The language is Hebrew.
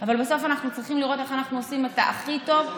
אבל בסוף אנחנו צריכים לראות איך אנחנו עושים את הכי טוב,